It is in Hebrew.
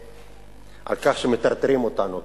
על כך שמטרטרים אותנו ככה.